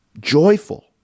joyful